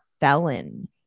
felon